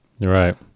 Right